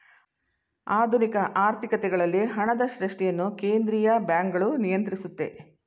ಆಧುನಿಕ ಆರ್ಥಿಕತೆಗಳಲ್ಲಿ ಹಣದ ಸೃಷ್ಟಿಯನ್ನು ಕೇಂದ್ರೀಯ ಬ್ಯಾಂಕ್ಗಳು ನಿಯಂತ್ರಿಸುತ್ತೆ